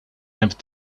never